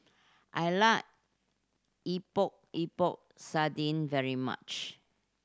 I like Epok Epok Sardin very much